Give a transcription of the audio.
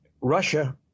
Russia